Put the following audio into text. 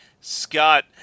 Scott